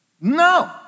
No